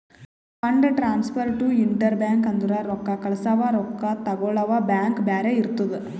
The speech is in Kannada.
fund transfer to inter bank ಅಂದುರ್ ರೊಕ್ಕಾ ಕಳ್ಸವಾ ರೊಕ್ಕಾ ತಗೊಳವ್ ಬ್ಯಾಂಕ್ ಬ್ಯಾರೆ ಇರ್ತುದ್